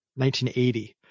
1980